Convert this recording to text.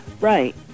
Right